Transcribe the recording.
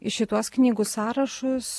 į šituos knygų sąrašus